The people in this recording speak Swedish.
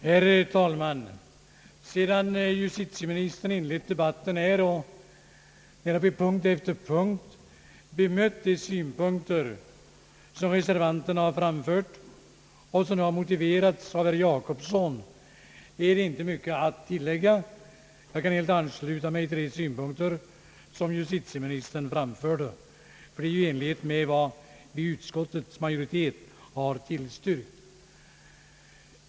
Herr talman! Sedan justitieministern inlett debatten och på punkt efter punkt bemött de synpunkter som re servanterna har framfört och som har motiverats av herr Per Jacobsson, är det inte mycket att tillägga. Jag kan helt ansluta mig till de synpunkter som justitieministern framförde, ty de överensstämmer med vad utskottets majoritet har tillstyrkt.